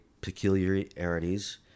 peculiarities